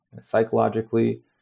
psychologically